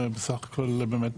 בסך הכל באמת